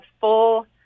full